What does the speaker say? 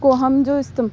کو ہم جو استعم